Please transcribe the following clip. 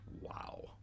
Wow